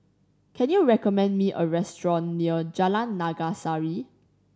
can you recommend me a restaurant near Jalan Naga Sari